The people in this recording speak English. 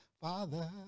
Father